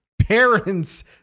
parents